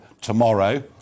tomorrow